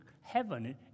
heaven